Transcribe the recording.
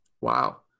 Wow